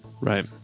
Right